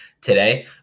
today